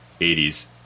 80s